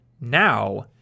now